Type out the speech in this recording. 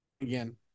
again